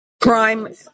Crime